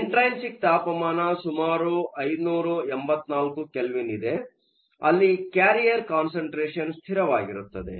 ಇಂಟ್ರೈನ್ಸಿಕ್ತಾಪಮಾನ ಸುಮಾರು 584 ಕೆಲ್ವಿನ್ ಇದೆ ಅಲ್ಲಿ ಕ್ಯಾರಿಯರ್ ಕಾನ್ಸಂಟ್ರೆಷನ್ ಸ್ಥಿರವಾಗಿರುತ್ತದೆ